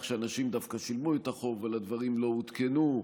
שאנשים דווקא שילמו את החוב אבל הדברים לא עודכנו,